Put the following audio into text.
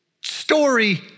story